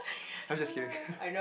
I'm just kidding